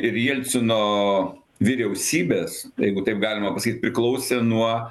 ir jelcino vyriausybės jeigu taip galima pasakyt priklausė nuo